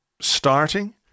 starting